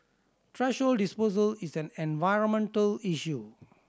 thrash disposal is an environmental issue